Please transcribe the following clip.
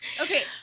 okay